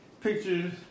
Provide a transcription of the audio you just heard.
Pictures